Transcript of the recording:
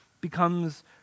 becomes